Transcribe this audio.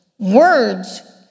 Words